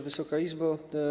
Wysoka Izbo!